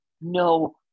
no